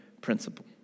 principle